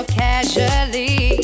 casually